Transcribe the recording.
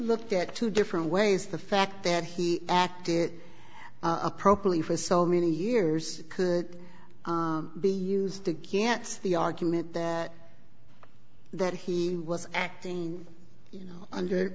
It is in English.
looked at two different ways the fact that he acted appropriately for so many years could be used against the argument that that he was acting you know under